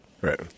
Right